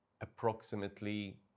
approximately